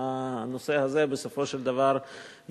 להעלות את הנושא הזה בסופו של דבר ויתרו